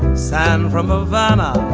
sand from ivana